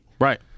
right